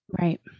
Right